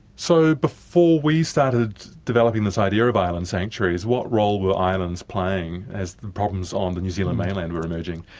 so before we started developing this idea of island sanctuaries, what role were islands playing as problems on the new zealand mainland were emerging?